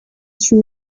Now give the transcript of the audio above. sri